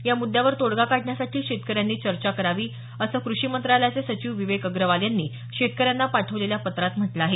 या मुद्यावर तोडगा काढण्यासाठी शेतकऱ्यांनी चर्चा करावी असं कृषी मंत्रालयाचे सचिव विवेक अग्रवाल यांनी शेतकऱ्यांना पाठवलेल्या पत्रात म्हटलं आहे